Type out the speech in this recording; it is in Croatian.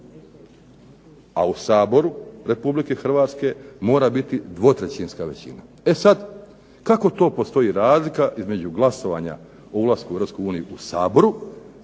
A u Saboru Republike Hrvatske mora biti 2/3 većina. E sad, kako to postoji razlika između glasovanja o ulasku u Europsku